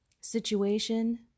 situation